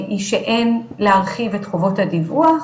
היא שאין להרחיב את חובות הדיווח,